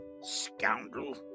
Scoundrel